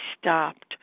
stopped